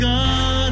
God